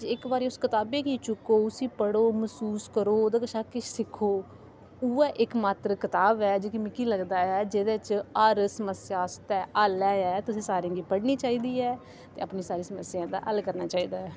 जे इक बारी उस कताबै गी चुक्को उसी पढ़ो मैसूस करो ओह्दे कशा किश सिक्खो उ'ऐ इक मात्तर कताब ऐ जेह्की मिगी लगदा ऐ जेह्दे च हर समस्या आस्तै हल ऐ ऐ तुसें सारें गी पढ़नी चाहिदी ऐ ते अपनी सारी समस्याएं दा हल करना चाहिदा ऐ